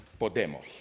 Podemos